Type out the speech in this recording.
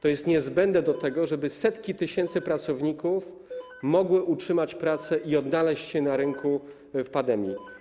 To jest niezbędne do tego, żeby setki tysięcy pracowników mogły utrzymać pracę i odnaleźć się na rynku w okresie pandemii.